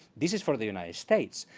this is for the united states.